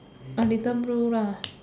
a different rule lah